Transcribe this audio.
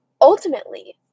Ultimately